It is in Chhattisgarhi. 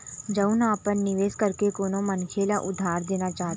जउन ह अपन निवेश करके कोनो मनखे ल उधार देना चाहथे